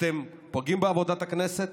אתם פוגעים בעבודת הכנסת,